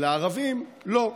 ובאשר לערבים לא.